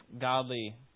godly